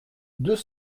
deux